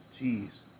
Jeez